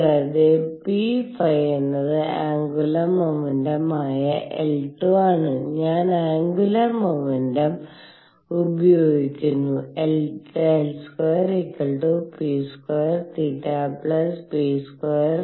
കൂടാതെ pθ എന്നത് angular momentum ആയ L2 ആണ് ഞാൻ ആന്ഗുലർ മോമെന്റും ഉപയോഗിക്കുന്നുL²P²θ P²ᵩsin²θ